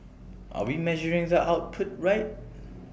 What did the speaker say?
are we measuring the output right